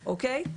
אוקיי?